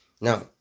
Now